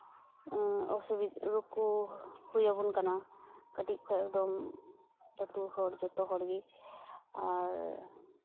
ᱚᱥᱩᱵᱤ ᱨᱳᱜᱽ ᱠᱚ ᱦᱩᱭᱟᱵᱚᱱ ᱠᱟᱱᱟ ᱠᱟᱹᱴᱤᱡ ᱠᱷᱚᱡ ᱮᱠᱫᱚᱢ ᱞᱟᱹᱴᱩ ᱦᱚᱲ ᱡᱚᱛᱚ ᱦᱚᱲ ᱜᱮ ᱟᱨ